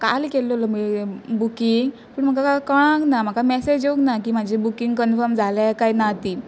काल केल्लोलो बुकींग पूण म्हाका काय कळांक ना म्हाका मॅसेज येवंक ना की म्हाजी बुकींग कन्फर्म जालां काय ना ती